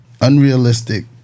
unrealistic